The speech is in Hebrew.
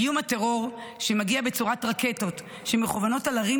איום הטרור שמגיע בצורת רקטות שמכוונות על ערים